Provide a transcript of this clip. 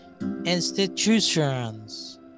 institutions